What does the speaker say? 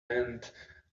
end